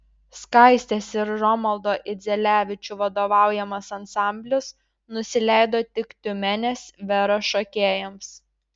skaistės ir romaldo idzelevičių vadovaujamas ansamblis nusileido tik tiumenės vera šokėjams